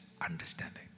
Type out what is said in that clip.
understanding